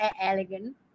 elegant